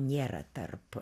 nėra tarp